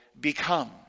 become